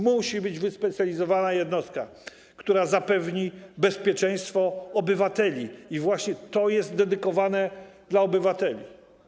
Musi być wyspecjalizowana jednostka, która zapewni bezpieczeństwo obywateli, i właśnie to jest dedykowane dla obywateli.